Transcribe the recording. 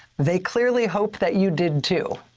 they clearly hope that you did too.